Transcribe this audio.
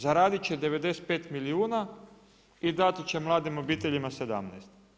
Zaradit će 95 milijuna i dati će mladim obiteljima 17.